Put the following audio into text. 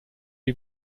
die